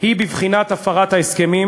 היא בבחינת הפרת ההסכמים,